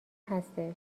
هستش